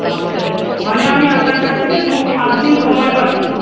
পাঁচ তারিখ মানে আমি আপনার কাছ থেকে মোট সাতদিন সময় পাচ্ছি